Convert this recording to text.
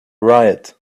riot